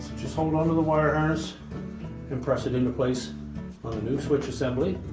just hold onto the wire harness and press it into place on the new switch assembly.